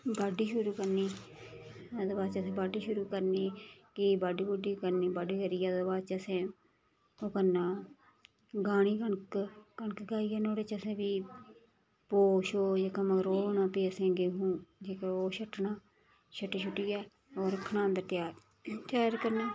body शुरू करनी ओह्दे बाद च असें बाड्डी शुरू करनी कि बाड्डी बुड्डी करनी बाड्डी करियै ओह्दे बाद च असें ओह् करना गाह्नी कनक कनक गाहियै नुआढ़े च अस फ्ही भौ शौ जेह्का मगर ओह् होना असें गेहूं जेह्के ओह् छट्टना छट्टी छुट्टियै ओह् रक्खना अंदर त्यार करना